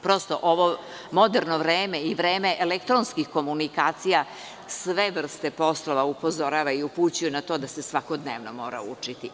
Prosto, ovo moderno vreme i vreme elektronskih komunikacija sve vrste poslova upozorava i upućuje na to da se svakodnevno mora učiti.